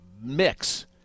mix